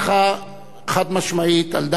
על דעת מזכירת הכנסת ועל דעתי,